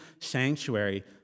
sanctuary